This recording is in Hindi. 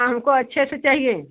हाँ हमको अच्छे से चाहिए